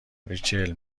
ریچل